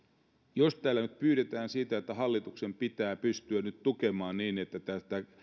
jos täällä nyt pyydetään sitä että hallituksen pitää pystyä nyt tukemaan niin että tätä